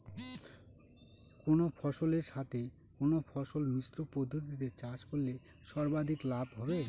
কোন ফসলের সাথে কোন ফসল মিশ্র পদ্ধতিতে চাষ করলে সর্বাধিক লাভ হবে?